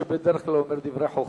שבדך כלל אומר דברי חוכמה.